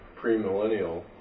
premillennial